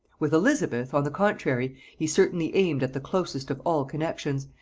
with elizabeth, on the contrary, he certainly aimed at the closest of all connexions,